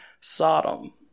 Sodom